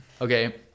Okay